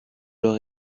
leur